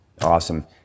Awesome